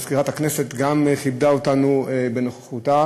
גם מזכירת הכנסת כיבדה אותנו בנוכחותה.